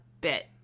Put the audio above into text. bit